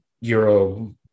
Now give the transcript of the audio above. euro